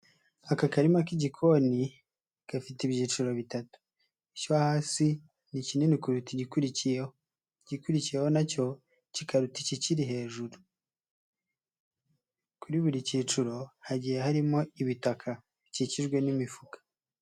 Aka karima k'igikoni, gafite ibyiciro bitatu, icyo hasi ni kinini kurusha igikurikiyeho, igikurikiyeho na cyo kikaruta ikikiri hejuru, kuri buri cyiciro hagiye harimo ibitaka, bikikijwe n'imifuka.